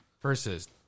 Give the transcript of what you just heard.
versus